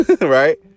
Right